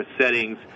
settings